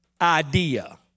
idea